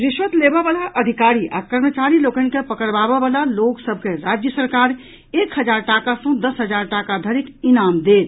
रिश्वत लेबऽ वला अधिकारी आ कर्मचारी लोकनि के पकड़वावऽ वला लोक सभ के राज्य सरकार एक हजार टाका सॅ दस हजार टाका धरिक इनाम देत